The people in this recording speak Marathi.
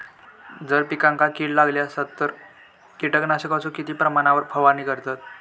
जर पिकांका कीड लागली तर कीटकनाशकाचो किती प्रमाणावर फवारणी करतत?